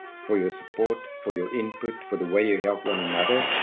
for your support, for your input, for the way you help one another,